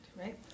right